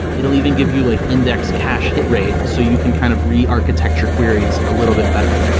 it'll even give you like index cache hit rate so you can kind of re-architecture queries a little bit better.